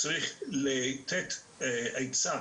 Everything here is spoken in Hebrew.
צריך לתת עצה